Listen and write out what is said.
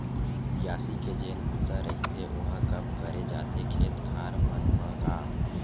बियासी के जेन बूता रहिथे ओहा कब करे जाथे खेत खार मन म गा?